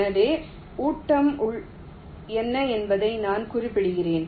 ஆகவே ஊட்டம் என்ன என்பதை நான் குறிப்பிடுகிறேன்